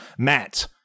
Matt